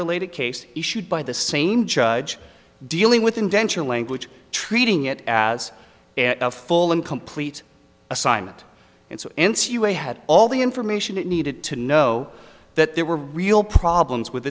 related case issued by the same judge dealing with indenture language treating it as a full and complete assignment and n c u a had all the information it needed to know that there were real problems with